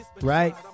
right